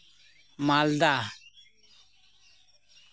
ᱢᱟᱞᱫᱟ